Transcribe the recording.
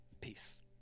Peace